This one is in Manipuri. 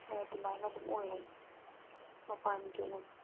ꯍꯣꯏ ꯑꯗꯨꯃꯥꯏꯅ ꯑꯗꯨꯝ ꯑꯣꯏꯔꯅꯤ ꯃꯄꯥꯟꯒꯤ ꯑꯣꯏꯅꯗꯤ